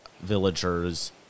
villagers